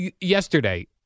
Yesterday